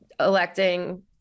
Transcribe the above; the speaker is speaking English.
electing